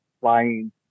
flying